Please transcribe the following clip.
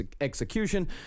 execution